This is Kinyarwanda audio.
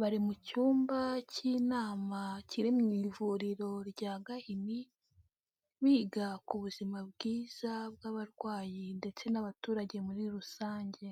bari mu cyumba k'inama kiri mu ivuriro rya Gahini, biga ku buzima bwiza bw'abarwayi ndetse n'abaturage muri rusange.